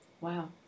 Wow